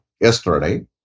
yesterday